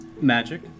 magic